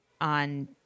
on